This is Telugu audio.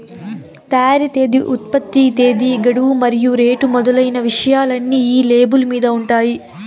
తయారీ తేదీ ఉత్పత్తి తేదీ గడువు మరియు రేటు మొదలైన విషయాలన్నీ ఈ లేబుల్ మీద ఉంటాయి